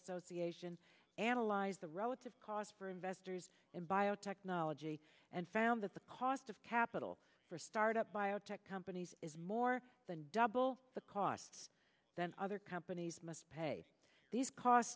asian analyze the relative cost for investors in biotechnology and found that the cost of capital for start up biotech companies is more than double the costs than other companies must pay these costs